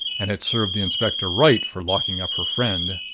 and it served the inspector right for locking up her friend.